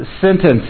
sentence